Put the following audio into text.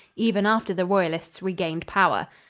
even after the royalists regained power.